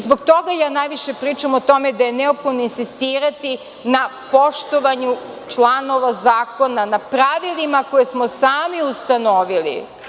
Zbog toga najviše pričam o tome da je neophodno insistirati na poštovanju članova, na pravilima koje smo sami ustanovili.